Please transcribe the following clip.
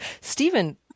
Stephen